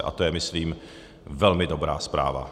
A to je, myslím, velmi dobrá zpráva.